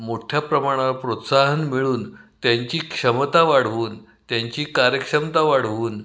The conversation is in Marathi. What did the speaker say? मोठ्या प्रमाणाात प्रोत्साहन मिळून त्यांची क्षमता वाढवून त्यांची कार्यक्षमता वाढवून